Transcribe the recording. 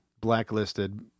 blacklisted